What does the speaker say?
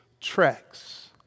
tracks